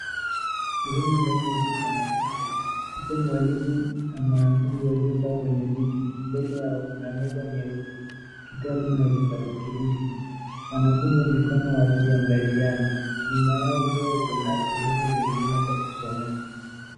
Sehemu ndani ya chuo cha mafunzo yupo mwalimu na mwanafunzi waliokaa kwenye viti. Mbele yao kuna meza nyeupe, kitabu na kipatikilishi. Wanakunja mikono wakiangaliana. Nyuma yao pia kuna sehemu ingine za kusomea.